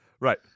Right